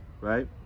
right